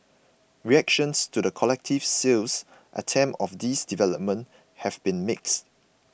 reactions to the collective sales attempt of these developments have been mixed